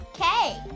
Okay